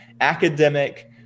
academic